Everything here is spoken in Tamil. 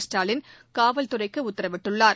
ஸ்டாலின் காவல்துறைக்குஉத்தரவிட்டுள்ளார்